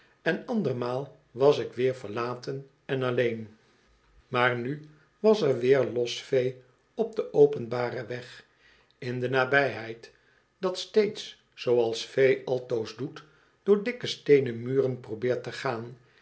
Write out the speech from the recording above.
en andermaal was ik weer verlaten en alleen maar nu was er weer los vee op den openbaren weg in de nabijheid dat steeds zooals vee altoos doet door dikke steenen muren probeert te gaan